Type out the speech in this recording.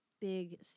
big